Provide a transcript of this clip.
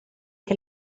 che